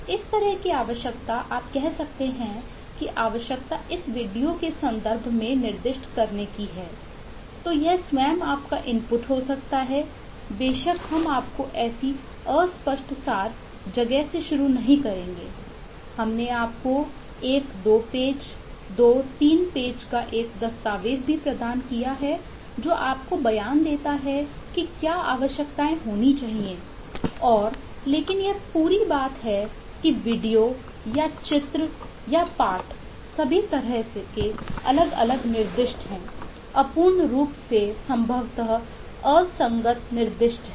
इस तरह की आवश्यकता आप कह सकते हैं कि आवश्यकता इस वीडियो या चित्र या पाठ सभी तरह के अलग अलग निर्दिष्ट हैं अपूर्ण रूप से संभवतः असंगत निर्दिष्ट हैं